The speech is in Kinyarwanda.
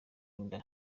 inda